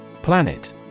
Planet